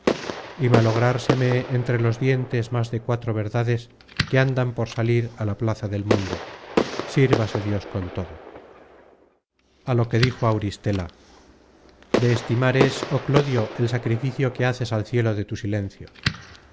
en la boca y malográrseme entre los dientes más de cuatro verdades que andan por salir á la plaza del mundo sírvase dios con todo a lo que dijo auristela de estimar es oh clodio el sacrificio que haces al cielo de tu silencio